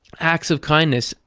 acts of kindness.